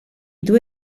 due